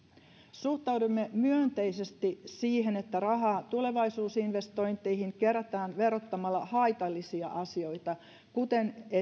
suhtaudumme myönteisesti siihen että rahaa tulevaisuusinvestointeihin kerätään verottamalla haitallisia asioita kuten